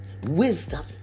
Wisdom